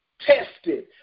tested